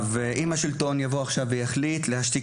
אני לא יודע מה יקרה אם השלטון יחליט באמצעות הרפורמה החדשה להשתיק